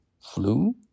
flu